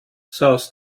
south